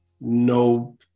no